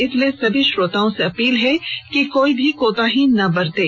इसलिए सभी श्रोताओं से अपील है कि कोई भी कोताही ना बरतें